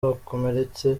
bakomeretse